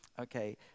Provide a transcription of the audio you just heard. Okay